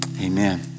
Amen